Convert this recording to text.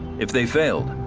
if they failed,